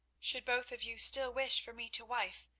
should both of you still wish for me to wife,